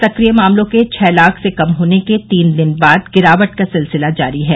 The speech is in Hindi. सक्रिय मामलों के छह लाख से कम होने के तीन दिन बाद गिरावट का सिलसिला जारी है